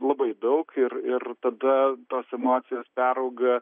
labai daug ir ir tada tos emocijos perauga